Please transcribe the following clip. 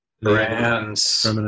Brands